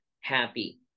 happy